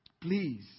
Please